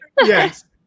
yes